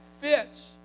fits